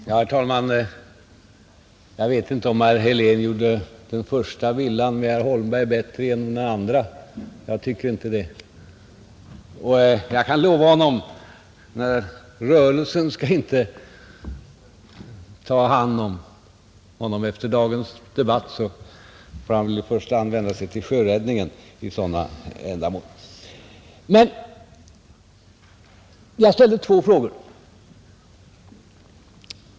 Herr talman! Jag vet inte om herr Helén gjorde den första villan med herr Holmberg bättre genom den andra, Jag tycker inte det. Och jag kan lova honom att rörelsen inte skall ta hand om honom; att döma av hans insatser i debatten får han väl i första hand vända sig till sjöräddningen för sådana ändamål, Jag ställde två frågor.